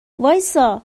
وایستا